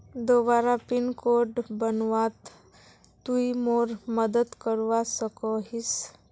दोबारा pin code बनवात तुई मोर मदद करवा सकोहिस?